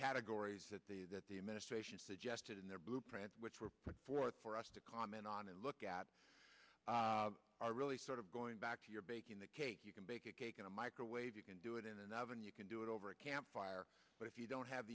categories that they that the administration suggested in their blueprint which were put forth for us to comment on and look at are really sort of going back to your baking the cake you can bake a cake in a microwave you can do it in another and you can do it over a campfire but if you don't have